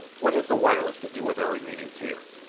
what has the wireless to do with our remaining here?